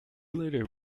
later